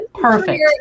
Perfect